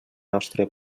nostre